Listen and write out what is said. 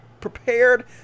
prepared